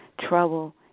trouble